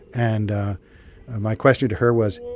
and ah and my questioned her was,